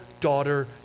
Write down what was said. daughter